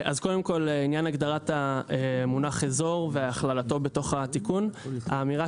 אז קודם כל לעניין הגדרת המונח "אזור" והכללתו בתוך התיקון האמירה